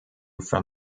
from